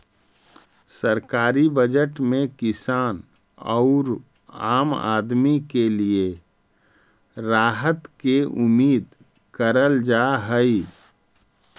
सरकारी बजट में किसान औउर आम आदमी के लिए राहत के उम्मीद करल जा हई